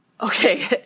okay